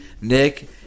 Nick